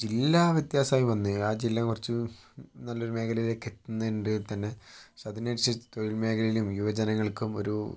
ജില്ലാ വ്യത്യാസമായി വന്ന് ആ ജില്ല കുറച്ച് നല്ലൊരു മേഖലയിലേക്ക് എത്തുന്നതിൻ്റെ തന്നെ സോ അതിന് അനുസരിച്ച് തൊഴിൽ മേഖലയിലും യുവജനങ്ങൾക്കും ഒരു